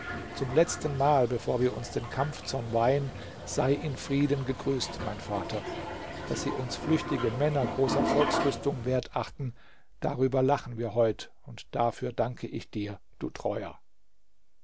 zum letztenmal bevor wir uns dem kampfzorn weihen sei in frieden gegrüßt mein vater daß sie uns flüchtige männer großer volksrüstung wert achten darüber lachen wir heut und dafür danke ich dir du treuer